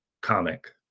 comic